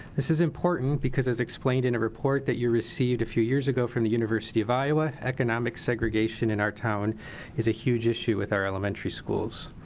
this is important because as explained in a report that you received a few years ago from the university of iowa. economic segregation in our town is a huge issue with our elementary schools.